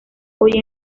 hoy